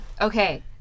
Okay